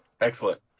Excellent